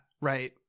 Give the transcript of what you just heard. right